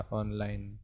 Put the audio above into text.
online